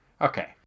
okay